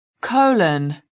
Colon